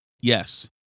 Yes